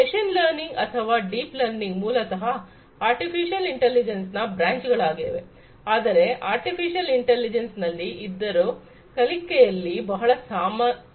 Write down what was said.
mission learning ಅಥವಾ deep learning ಮೂಲತಹ artificial intelligence ನ ಬ್ರಾಂಚ್ ಗಳಾಗಿವೆ ಆದರೆ ಆರ್ಟಿಫಿಷಿಯಲ್ ಇಂಟೆಲಿಜೆನ್ಸ್ ನಲ್ಲಿ ಇದ್ದರು ಕಲಿಕೆಯಲ್ಲಿ ಬಹಳ ಸಮಸ್ಯೆಗಳಿವೆ